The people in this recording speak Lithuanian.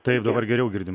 taip dabar geriau girdim